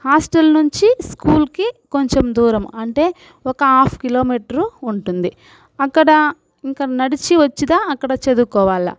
hostel నుంచి స్కూల్కి కొంచెం దూరం అంటే ఒక హాఫ్ కిలోమీటరు ఉంటుంది అక్కడ ఇంక నడిచి వొచ్చిదా అక్కడ చదువుకోవాలా